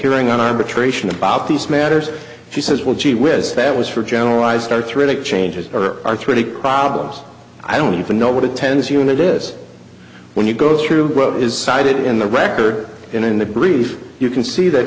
hearing on arbitration about these matters she says well gee whiz fat was for generalized arthritic changes or arthritic problems i don't even know what a tens unit is when you go through growth is cited in the record and in the brief you can see that